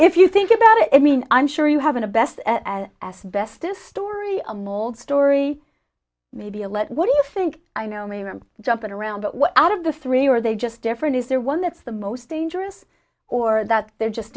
if you think about it i mean i'm sure you have an a best as asbestos story a mold story maybe a let what do you think i know i mean i'm jumping around but out of the three are they just different is there one that's the most dangerous or that they're just